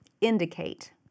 indicate